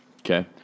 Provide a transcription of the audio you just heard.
Okay